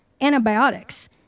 Antibiotics